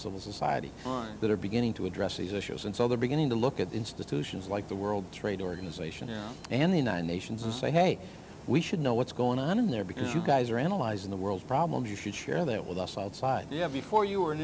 civil society lines that are beginning to address these issues and so they're beginning to look at institutions like the world trade organization and the united nations and say hey we should know what's going on in there because you guys are analyzing the world's problems you should share that with us outside you have before you were an